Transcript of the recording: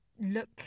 look